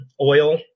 oil